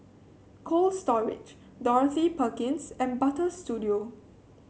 Cold Storage Dorothy Perkins and Butter Studio